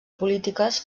polítiques